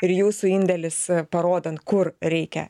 ir jūsų indėlis parodant kur reikia